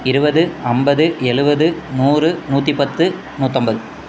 இருபது ஐம்பது எழுபது நூறு நூற்றிப்பத்து நூற்றும்பது